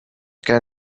can